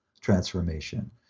transformation